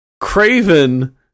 Craven